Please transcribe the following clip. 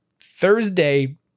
Thursday